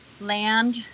land